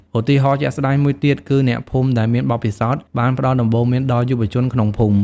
ឧទាហរណ៍ជាក់ស្តែងមួយទៀត គឺអ្នកភូមិដែលមានបទពិសោធន៍បានផ្តល់ដំបូន្មានដល់យុវជនក្នុងភូមិ។